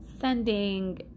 sending